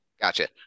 Gotcha